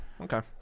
okay